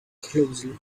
closely